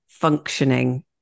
Functioning